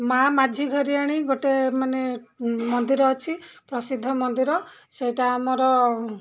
ମା' ମାଝିଘରିଆଣି ଗୋଟେ ମାନେ ମନ୍ଦିର ଅଛି ପ୍ରସିଦ୍ଧ ମନ୍ଦିର ସେଇଟା ଆମର